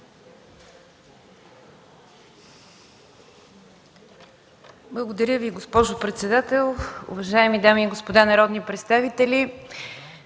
Уважаема госпожо председател, уважаеми дами и господа народни представители!